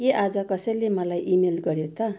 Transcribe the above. के आज कसैले मलाई इमेल गऱ्यो त